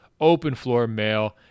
openfloormail